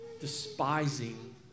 despising